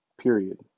period